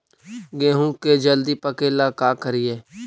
गेहूं के जल्दी पके ल का करियै?